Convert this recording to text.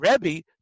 Rebbe